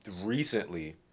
recently